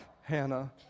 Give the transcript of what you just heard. Hannah